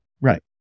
Right